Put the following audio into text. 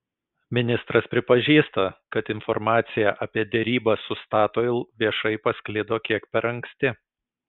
ministras pripažįsta kad informacija apie derybas su statoil viešai pasklido kiek per anksti